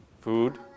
Food